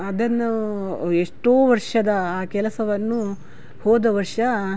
ಅದನ್ನು ಎಷ್ಟೋ ವರ್ಷದ ಆ ಕೆಲಸವನ್ನು ಹೋದ ವರ್ಷ